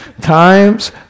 times